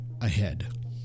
ahead